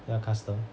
the custom